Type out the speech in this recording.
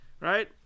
right